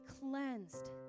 cleansed